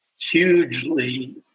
hugely